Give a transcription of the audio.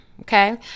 Okay